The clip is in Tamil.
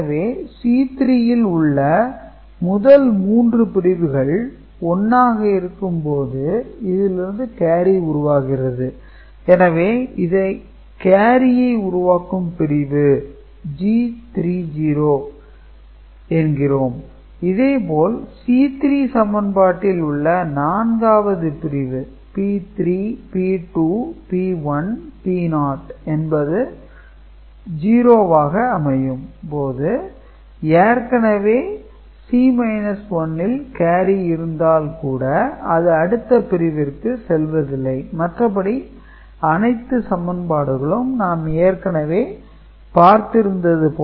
எனவே C3 ல் உள்ள முதல் மூன்று பிரிவுகள் 1 ஆக இருக்கும் போது இதிலிருந்து கேரி உருவாகிறது எனவே இதை கேரியை உருவாக்கும் பிரிவு G3 0 என்கிறோம் இதேபோல் C3 சமன்பாட்டில் உள்ள நான்காவது பிரிவு P3 P2 P1 P0 என்பது 0 ஆக அமையும் போது ஏற்கனவே C 1 ல் கேரி இருந்தால் கூட அது அடுத்த பிரிவிற்கு செல்வதில்லை மற்ற படி அனைத்து சமன்பாடுகளும் நாம் ஏற்கனவே பார்த்திருந்தது போல தான் அமையும்